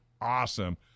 awesome